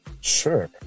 sure